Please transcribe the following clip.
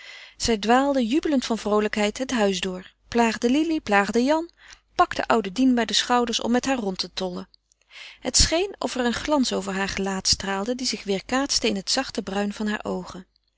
zij dwaalde jubelend van vroolijkheid het huis door plaagde lili plaagde jan pakte oude dien bij de schouders om met haar rond te tollen het scheen of er een glans over haar gelaat straalde die zich weerkaatste in het zachte bruin harer oogen